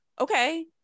okay